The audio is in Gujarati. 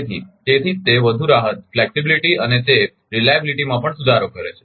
તેથી તેથી જ તે વધુ રાહતફ્લેક્સીબીલીટી આપે છે અને તે વિશ્વસનીયતારીયાબીલીટી માં પણ સુધારો કરે છે